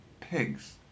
pigs